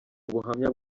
ubuhamya